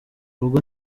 ubwo